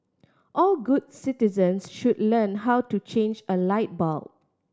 all good citizens should learn how to change a light bulb